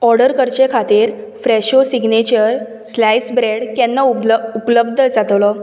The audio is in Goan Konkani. ऑर्डर करचें खातीर फ्रॅशो सिग्नेचर स्लायस ब्रेड केन्ना उपलब उपलब्ध जातलो